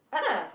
[han nah]